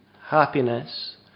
happiness